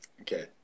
Okay